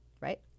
right